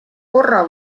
korra